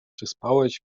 przespałeś